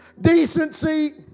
decency